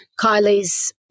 Kylie's